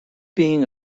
being